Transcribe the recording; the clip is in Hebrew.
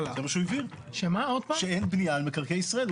זה מה שהוא הבהיר, שאין בנייה על מקרקעי ישראל.